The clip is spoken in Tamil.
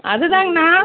அதுதாங்கண்ணா